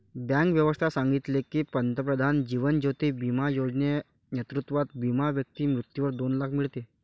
bank व्यवस्था सांगितले की, पंतप्रधान जीवन ज्योती बिमा योजना नेतृत्वात विमा व्यक्ती मृत्यूवर दोन लाख मीडते